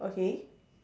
okay